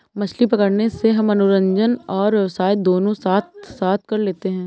मछली पकड़ने से हम मनोरंजन और व्यवसाय दोनों साथ साथ कर लेते हैं